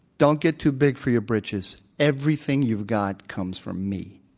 don't get too big for your britches. everything you've got comes from me,